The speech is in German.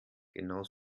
genau